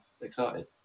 excited